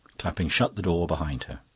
clapping shut the door behind her.